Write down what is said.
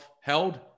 held